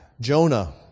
Jonah